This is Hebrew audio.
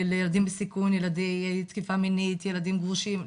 לילדים בסיכון, ילדי תקיפה מינית, ילדים גרושים.